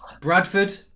Bradford